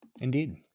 Indeed